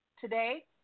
today